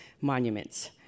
monuments